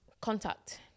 contact